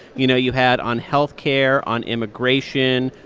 you know, you had on health care, on immigration,